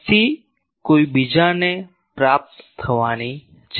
શક્તિ કોઈ બીજાને પ્રાપ્ત થવાની છે